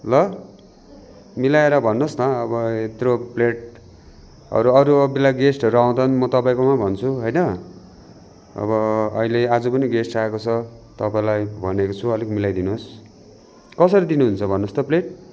ल मिलाएर भन्नुहोस् न अब यत्रो प्लेट अरू अरू बेला गेस्टहरू आउँदा पनि म तपाईँकोमा भन्छु होइन अब अहिले आज पनि गेस्ट आएको छ तपाईँलाई भनेको छु अलिक मिलाइदिनुहोस् कसरी दिनुहुन्छ भन्नुहोस् त प्लेट